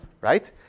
right